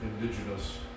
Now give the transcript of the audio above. indigenous